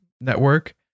network